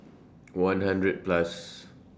one hundred Plus